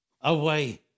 away